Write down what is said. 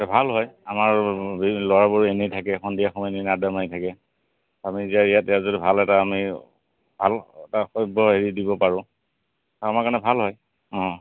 ভাল হয় আমাৰ ল'ৰাবোৰ এনেই থাকে সন্ধিয়া সময় এনে এনে আড্ডা মাৰি থাকে আমি এতিয়া ইয়াত এয়া যদি ভাল এটা আমি ভাল এটা সব্য হেৰি দিব পাৰোঁ আমাৰ কাৰণে ভাল হয়